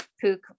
Pook